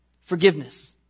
Forgiveness